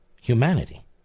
humanity